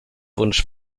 wunsch